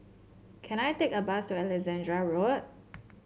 can I take a bus to Alexandra Road